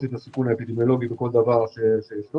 את הסיכון האפידמיולוגי בכל דבר שישנו.